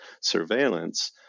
surveillance